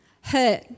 hurt